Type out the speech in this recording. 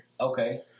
Okay